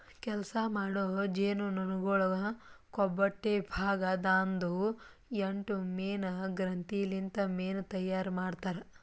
ಕೆಲಸ ಮಾಡೋ ಜೇನುನೊಣಗೊಳ್ ಕೊಬ್ಬೊಟ್ಟೆ ಭಾಗ ದಾಂದು ಎಂಟು ಮೇಣ ಗ್ರಂಥಿ ಲಿಂತ್ ಮೇಣ ತೈಯಾರ್ ಮಾಡ್ತಾರ್